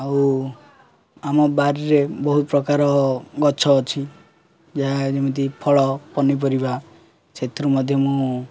ଆଉ ଆମ ବାରିରେ ବହୁତ ପ୍ରକାର ଗଛ ଅଛି ଯାହା ଯେମିତି ଫଳ ପନିପରିବା ସେଥିରୁ ମଧ୍ୟ ମୁଁ